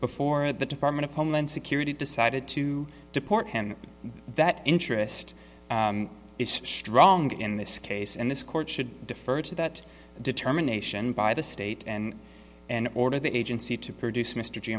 before the department of homeland security decided to deport him that interest is stronger in this case and this court should defer to that determination by the state and and order the agency to produce mr g